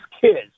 kids